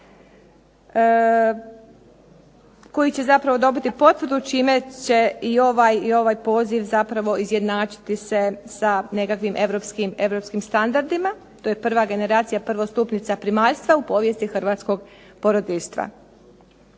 koji će zapravo dobiti potvrdu, čime će i ovaj poziv zapravo izjednačiti se sa nekakvim europskim standardima. To je prva generacija prvostupnica primaljstva u povijesti hrvatskog porodiljstva.